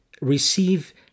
receive